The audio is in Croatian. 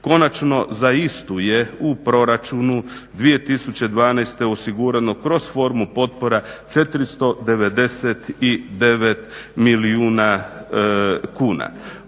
Konačno za istu je u proračunu 2012. osigurano kroz formu potpora 499 milijuna kuna.